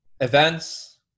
events